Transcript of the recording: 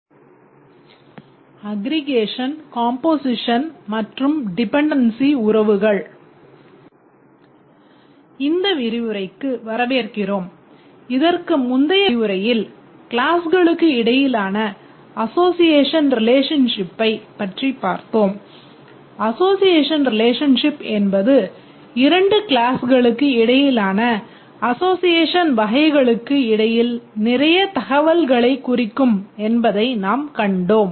இந்த விரிவுரைக்கு வரவேற்கிறோம் இதற்கு முந்தைய விரிவுரையில் கிளாஸ்ளுக்கு இடையிலான அசோசியேஷன் வகைகளுக்கு இடையில் நிறைய தகவல்களைக் குறிக்கும் என்பதை நாம் கண்டோம்